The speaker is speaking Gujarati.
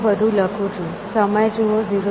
હું આ બધું લખું છું